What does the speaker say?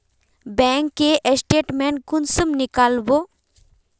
Bank के statement कुंसम नीकलावो?